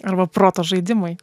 arba proto žaidimai